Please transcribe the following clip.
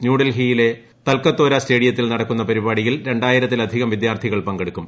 ന്യൂഡൽഹിയിലെ തൽക്കത്തോര സ്റ്റേഡിയത്തിൽ നടക്കുന്ന പരിപാടിയിൽ രണ്ടായിരത്തിലധികം വിദ്യാർത്ഥികൾ പങ്കെടുക്കും